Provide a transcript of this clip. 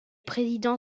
président